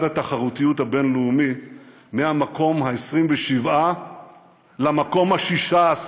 התחרותיות הבין-לאומי מהמקום ה-27 למקום ה-16,